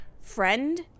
Friend